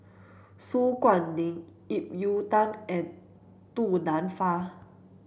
Su Guaning Ip Yiu Tung and Du Nanfa